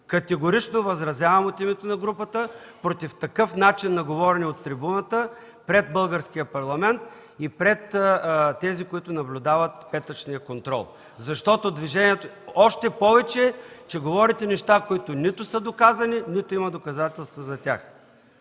Категорично възразявам от името на групата, против такъв начин на говорене от трибуната пред българския парламент и пред тези, които наблюдават петъчния контрол. Още повече, че говорите неща, които нито са доказани, нито има доказателства за тях.